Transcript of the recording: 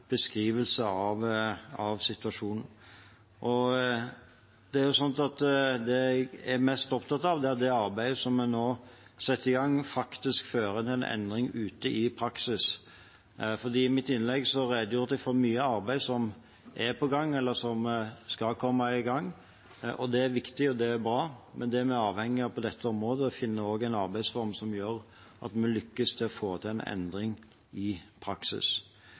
av situasjonen. Det jeg er mest opptatt av, er at det arbeidet vi nå setter i gang, faktisk skal føre til en endring ute i praksis. I mitt innlegg redegjorde jeg for mye arbeid som er på gang, eller som skal komme i gang. Det er viktig og bra, men det vi er avhengige av på dette området, er også å finne en arbeidsform som gjør at vi lykkes med å få til en endring i praksis.